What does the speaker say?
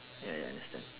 ya ya understand